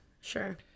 sure